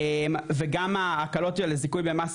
וגם ההקלות של הזיכוי במס,